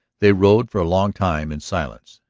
they rode for a long time in silence.